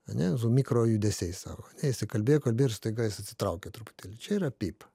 ane su mikro judesiais savo ane jisai kalbėjo kalbėjo ir staiga jis atsitraukė truputėlį čia yra pyp